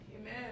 Amen